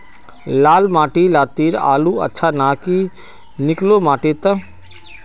लाल माटी लात्तिर आलूर अच्छा ना की निकलो माटी त?